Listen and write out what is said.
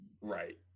Right